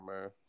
man